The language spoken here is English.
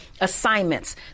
assignments